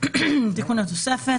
תיקון התוספת.